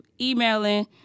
emailing